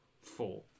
Four